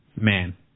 man